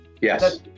Yes